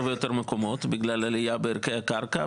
ויותר מקומות בגלל העלייה בערך הקרקע,